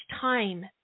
time